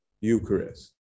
Eucharist